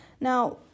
now